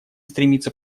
стремится